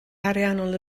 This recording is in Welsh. ariannol